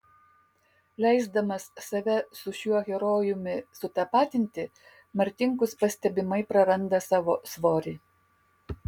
leisdamas save su šiuo herojumi sutapatinti martinkus pastebimai praranda savo svorį